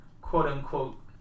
quote-unquote